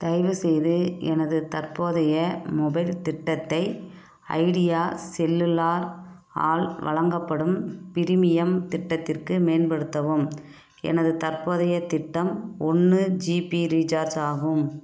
தயவுசெய்து எனது தற்போதைய மொபைல் திட்டத்தை ஐடியா செல்லுலார் ஆல் வழங்கப்படும் பிரீமியம் திட்டத்திற்கு மேம்படுத்தவும் எனது தற்போதைய திட்டம் ஒன்று ஜிபி ரீசார்ஜ் ஆகும்